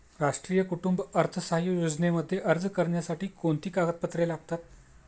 राष्ट्रीय कुटुंब अर्थसहाय्य योजनेमध्ये अर्ज करण्यासाठी कोणती कागदपत्रे लागतात?